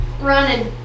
running